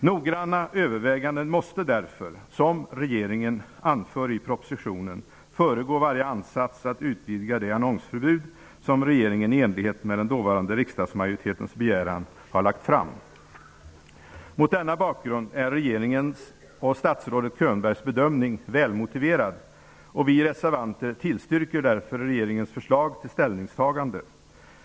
Noggranna överväganden måste därför, som regeringen anför i propositionen, föregå varje ansats att utvidga det annonsförbud som regeringen i enlighet med den dåvarande riksdagsmajoritetens begäran har lagt fram. Mot denna bakgrund är regeringens och statsrådet Könbergs bedömning välmotiverad, och vi reservanter tillstyrker därför regeringens förslag till ställningstagande.